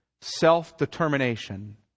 self-determination